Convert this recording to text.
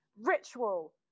ritual